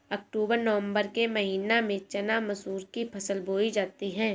अक्टूबर नवम्बर के महीना में चना मसूर की फसल बोई जाती है?